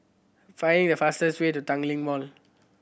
find the fastest way to Tanglin Mall